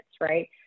Right